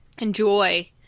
enjoy